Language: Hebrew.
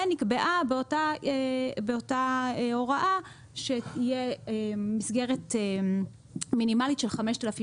ונקבעה באותה הוראה גם שתהיה מסגרת מינימאלית של 5,000